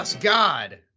God